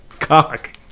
Cock